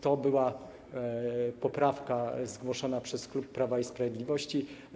To była poprawka zgłoszona przez klub Prawa i Sprawiedliwości.